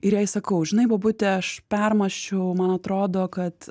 ir jai sakau žinai bobute aš permąsčiau man atrodo kad